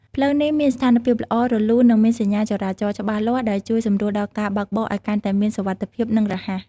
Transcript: ផ្លូវនេះមានស្ថានភាពល្អ រលូន និងមានសញ្ញាចរាចរណ៍ច្បាស់លាស់ដែលជួយសម្រួលដល់ការបើកបរឲ្យកាន់តែមានសុវត្ថិភាពនិងរហ័ស។